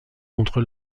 contre